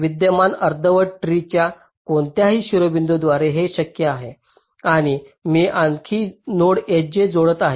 विद्यमान अर्धवट ट्री च्या कोणत्याही शिरोबिंदूद्वारे हे शक्य आहे आणि मी आणखी नोड sj जोडत आहे